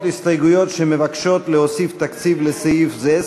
הסתייגויות שמבקשות להוסיף תקציב לסעיף זה,